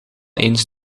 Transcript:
eens